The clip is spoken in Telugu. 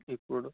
ఇప్పుడు